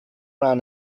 ran